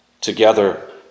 together